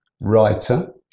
writer